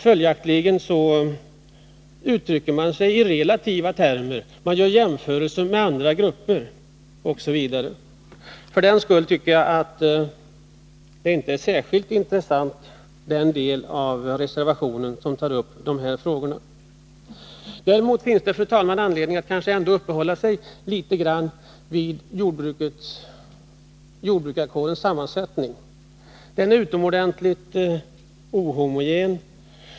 Följaktligen uttrycker man sig i relativa termer, gör jämförelser med andra grupper osv. För den skull tycker jag att den del av reservationen som tar upp de här frågorna inte är särskilt intressant. Däremot finns det, fru talman, anledning att uppehålla sig litet vid jordbrukarkårens sammansättning. Den är utomordentligt heterogen.